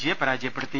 ജിയെ പരാജയപ്പെടുത്തി